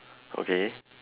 okay